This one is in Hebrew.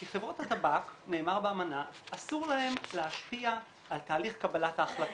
כי חברות הטבק נאמר באמנה- אסור להן להשפיע על תהליך קבלת ההחלטות,